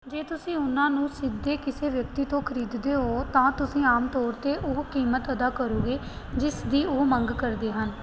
ਜੇ ਤੁਸੀਂ ਉਹਨਾਂ ਨੂੰ ਸਿੱਧੇ ਕਿਸੇ ਵਿਅਕਤੀ ਤੋਂ ਖਰੀਦਦੇ ਹੋ ਤਾਂ ਤੁਸੀਂ ਆਮ ਤੌਰ 'ਤੇ ਉਹ ਕੀਮਤ ਅਦਾ ਕਰੋਗੇ ਜਿਸ ਦੀ ਉਹ ਮੰਗ ਕਰਦੇ ਹਨ